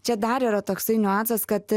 čia dar yra toksai niuansas kad